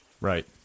Right